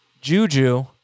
Juju